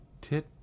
Tit